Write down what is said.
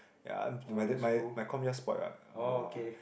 ya I'm my my com just spoilt what [wah]